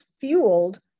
fueled